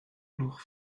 blwch